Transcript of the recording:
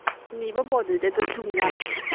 ꯅꯤꯕ ꯕꯣꯔꯗꯨꯗꯤ ꯑꯗꯨꯝ ꯊꯨꯡꯖꯥꯠꯂꯥ